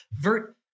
Vert